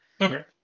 Okay